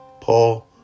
Paul